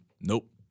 nope